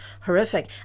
horrific